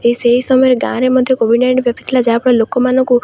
ଏଇ ସେହି ସମୟରେ ଗାଁରେ ମଧ୍ୟ କୋଭିଡ଼ ବ୍ୟାପି ଥିଲା ଯାହାଫଳରେ ଲୋକମାନଙ୍କୁ